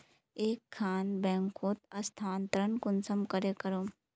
एक खान बैंकोत स्थानंतरण कुंसम करे करूम?